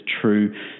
true